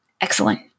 Excellent